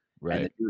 right